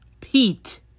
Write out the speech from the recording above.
Pete